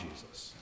Jesus